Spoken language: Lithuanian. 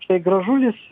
štai gražulis